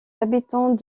habitants